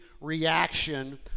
reaction